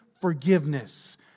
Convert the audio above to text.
forgiveness